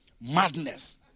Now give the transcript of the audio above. Madness